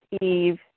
eve